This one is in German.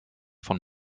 von